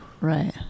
right